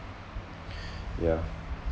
yeah